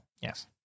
Yes